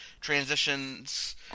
transitions